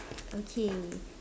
okay